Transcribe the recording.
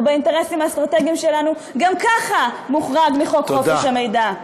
או באינטרסים אסטרטגיים שלו גם ככה מוחרג מחוק חופש המידע.